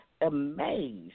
amazed